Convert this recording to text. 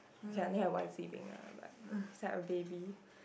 okay I only have one sibling ah but is like a baby